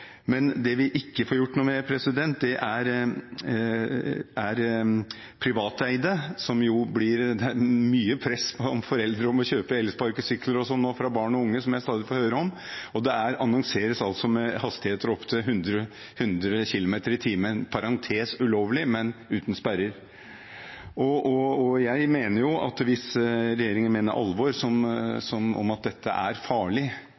Det vi ikke får gjort noe med, er privateide. Det blir mye press på foreldre om å kjøpe elsparkesykler til barn og unge, noe jeg stadig får høre om, og det annonseres med hastigheter opptil 100 km/t – i parentes «ulovlig», men uten sperrer. Hvis regjeringen mener alvor med at det er farlig å la barn kjøre på kjøretøy med den typen mulige hastigheter, mener jeg at